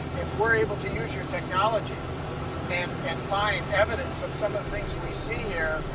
we're able to use your technology and and find evidence of some of the things we see here,